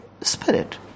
spirit